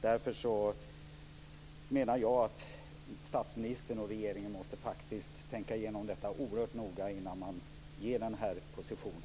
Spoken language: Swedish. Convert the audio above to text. Därför menar jag att statsministern och regeringen måste tänka igenom detta oerhört noga innan man anger en position.